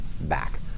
back